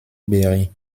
berry